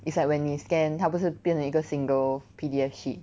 is like when you scan 它不是变成一个 single P_D_F sheet